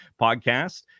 podcast